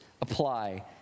apply